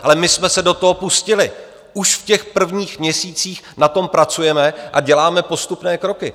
Ale my jsme se do toho pustili, už v těch prvních měsících na tom pracujeme a děláme postupné kroky.